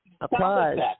applause